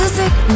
Music